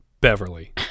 beverly